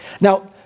Now